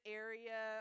area